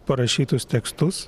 parašytus tekstus